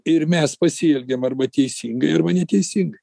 ir mes pasielgiam arba teisingai arba neteisingai